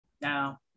now